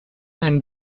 and